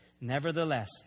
Nevertheless